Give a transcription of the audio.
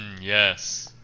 Yes